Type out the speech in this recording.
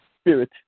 Spirit